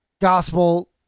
gospel